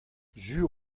sur